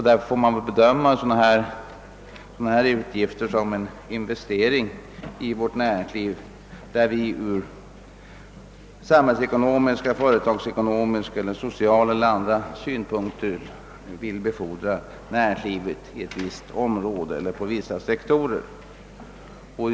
Därför får man väl bedöma sådana här utgifter som en investering i vårt näringsliv, när vi ur samhällsekonomiska, företagsekonomiska, sociala eller andra synpunkter vill befordra näringslivet i ett visst område eller på vissa sektorer.